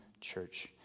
church